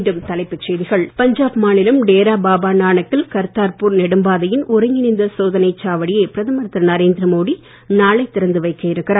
மீண்டும் தலைப்புச் செய்திகள் பஞ்சாப் மாநிலம் டேரா பாபா நானக்கில் கர்த்தார்பூர் நெடும்பாதையின் ஒருங்கிணைந்த சோதனைச் சாவடியை பிரதமர் திரு நரேந்திரமோடி நாளை திறந்து வைக்க இருக்கிறார்